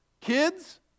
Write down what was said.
Kids